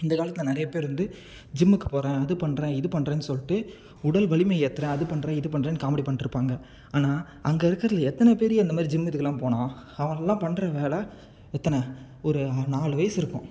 இந்த காலத்தில் நிறைய பேர் வந்து ஜிம்முக்கு போகிறேன் அது பண்ணுறேன் இது பண்ணுறேன்னு சொல்லிட்டு உடல் வலிமை ஏத்துறேன் அது பண்ணுறேன் இது பண்ணுறேன்னு காமெடி பண்ணிகிட்டு இருப்பாங்க ஆனால் அங்கே இருக்கிறதுல எத்தனை பேருயா இந்த மாதிரி ஜிம்மு இதுக்கெலாம் போனான் அவன்லாம் பண்ணுற வேலை எத்தனை ஒரு நாலு வயசு இருக்கும்